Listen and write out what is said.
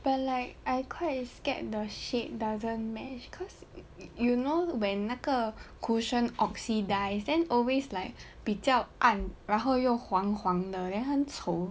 but like I quite scared the shade doesn't match because you know when 那个 cushion oxidise then always like 比较暗然后又黄黄的 then 很丑